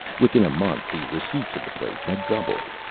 within a month the receipts of the place had doubled.